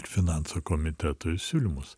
ir finansų komitetui siūlymus